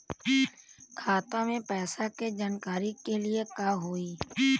खाता मे पैसा के जानकारी के लिए का होई?